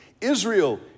Israel